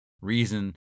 reason